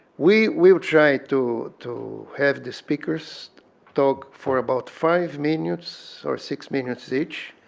we will try to to have the speakers talk for about five minutes or six minutes each.